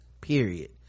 period